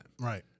Right